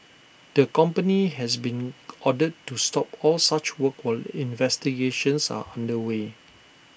the company has been ordered to stop all such work were investigations are under way